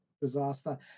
disaster